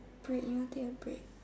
break you want take a break